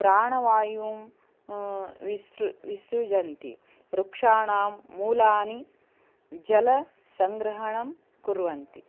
प्राणवायुं विसृ विसृजन्ति वृक्षाणां मूलानि जलसङ्ग्रहणं कुर्वन्ति